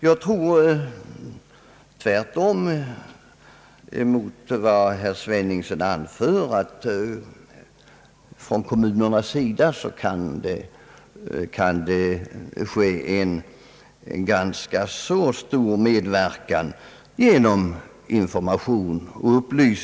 Jag tror, tvärtemot vad herr Sveningsson anför, att kommunerna kan medverka i ganska stor utsträckning genom information.